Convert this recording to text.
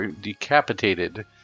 decapitated